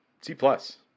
C-plus